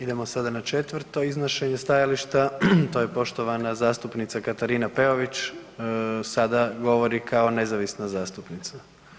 Idemo sada na 4. iznošenje stajališta, to je poštovana zastupnica Katarina Peović, sada govori kao nezavisna zastupnica.